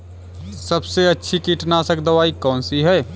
सबसे अच्छी कीटनाशक दवाई कौन सी है?